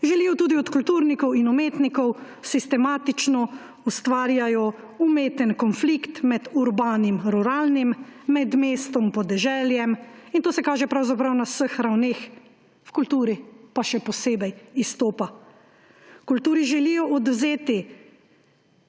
želijo tudi od kulturnikov in umetnikov; sistematično ustvarjajo umeten konflikt med urbanim, ruralnim, med mestom in podeželjem in to se kaže pravzaprav na vseh ravneh, v kulturi pa še posebej izstopa. Kulturi želijo odvzeti